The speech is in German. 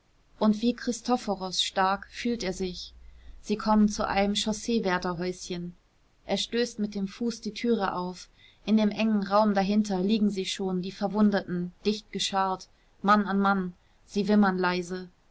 und wie christoforos stark fühlt er sich sie kommen zu einem chausseewärterhäuschen er stößt mit dem fuß die türe auf in dem engen raum dahinter liegen sie schon die verwundeten dicht geschart mann an mann sie wimmern leise